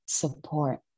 support